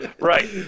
Right